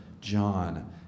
John